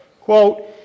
Quote